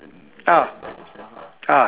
ah